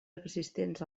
existents